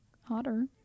Hotter